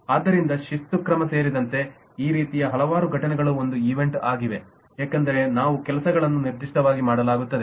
ಆದ್ದರಿಂದ ಶಿಸ್ತು ಕ್ರಮ ಸೇರಿದಂತೆ ಈ ರೀತಿಯ ಹಲವಾರು ಘಟನೆಗಳು ಒಂದು ಈವೆಂಟ್ಆಗಿದೆ ಏಕೆಂದರೆ ಕೆಲವು ಕೆಲಸಗಳನ್ನು ನಿರ್ದಿಷ್ಟವಾಗಿ ಮಾಡಲಾಗುತ್ತದೆ